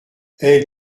elle